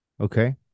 Okay